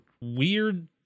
weird